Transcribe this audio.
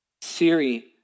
Siri